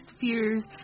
fears